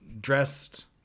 dressed